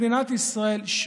מדינת ישראל,